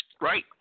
Right